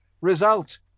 Result